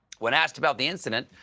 when asked about the incident,